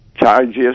charges